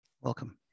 Welcome